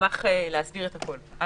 נשמח להסביר את הכול.